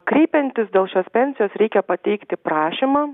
kreipiantis dėl šios pensijos reikia pateikti prašymą